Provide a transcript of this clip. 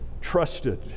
trusted